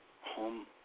home